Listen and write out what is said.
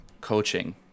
coaching